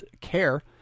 care